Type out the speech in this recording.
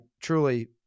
truly